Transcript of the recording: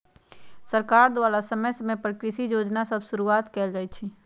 सरकार द्वारा समय समय पर कृषि जोजना सभ शुरुआत कएल जाइ छइ